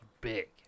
big